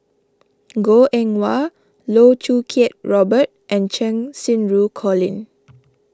Goh Eng Wah Loh Choo Kiat Robert and Cheng Xinru Colin